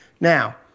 Now